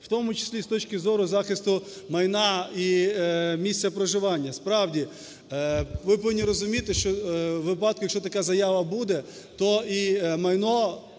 в тому числі з точки зору захисту майна і місця проживання. Справді, ви повинні розуміти, що у випадку, якщо така заява буде, то і майно